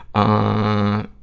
ah,